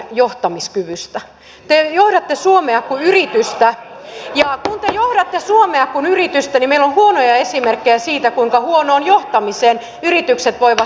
te johdatte suomea kuin yritystä ja kun te johdatte suomea kuin yritystä niin meillä on huonoja esimerkkejä siitä kuinka yritykset voivat kaatua huonoon johtamiseen